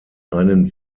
einen